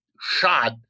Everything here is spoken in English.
shot